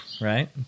right